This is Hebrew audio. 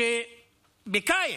בקיץ,